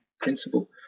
principle